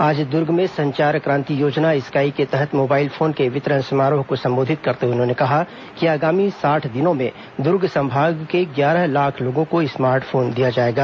आज दुर्ग में संचार क्रांति योजना स्काई के तहत मोबाइल फोन के वितरण समारोह को संबोधित करते हुए उन्होंने कहा कि आगामी साठ दिनों में दुर्ग संभाग के ग्यारह लाख लोगों को स्मार्ट फोन दिया जाएगा